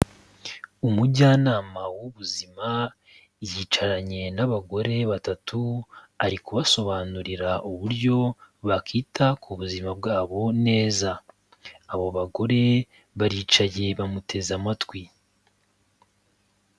Umujyanama w'ubuzima yicaranye n'abagore batatu, ari kubasobanurira uburyo bakita ku buzima bwabo neza, abo bagore baricaye bamuteze amatwi.